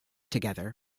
together